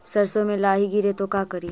सरसो मे लाहि गिरे तो का करि?